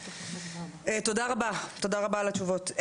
תודה רבה, תודה רבה על התשובות.